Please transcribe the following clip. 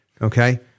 Okay